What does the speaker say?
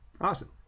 awesome